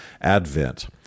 advent